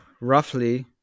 roughly